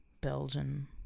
Belgian